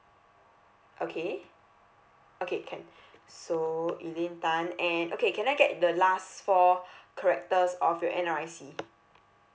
okay okay can so elaine tan and okay can I get the last four characters of your N_R_I_C